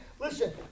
Listen